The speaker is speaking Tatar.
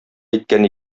әйткән